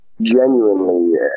genuinely